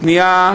פנייה,